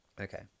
Okay